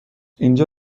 اینجا